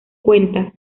cuenta